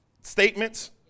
statements